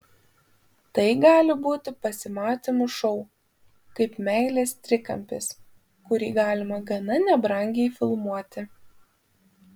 tai gali būti pasimatymų šou kaip meilės trikampis kurį galima gana nebrangiai filmuoti